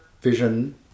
vision